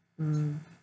mm